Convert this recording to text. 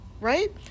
right